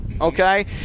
Okay